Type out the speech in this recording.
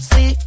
See